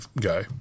guy